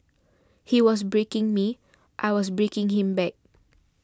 he was breaking me I was breaking him back